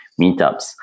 meetups